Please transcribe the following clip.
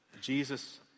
Jesus